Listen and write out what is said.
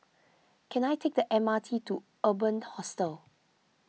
can I take the M R T to Urban Hostel